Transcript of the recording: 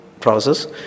process